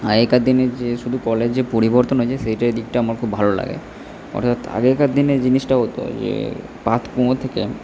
আগেকার দিনের যে শুধু কলের যে পরিবর্তন হয়েছে সেটাই দিকটা আমার খুব ভালো লাগে অর্থাৎ আগেকার দিনে জিনিসটা হতো ইয়ে পাতকুয়ো থেকে